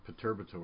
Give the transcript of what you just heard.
perturbator